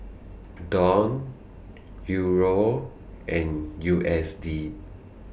Dong Euro and U S D